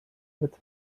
with